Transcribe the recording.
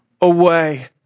away